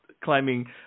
climbing